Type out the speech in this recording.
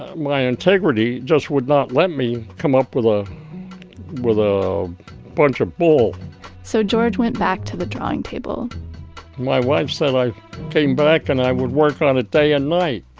ah my integrity just would not let me come up with ah with a bunch of bull so george went back to the drawing table my wife said, i came back and i would work on it day and night.